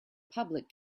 public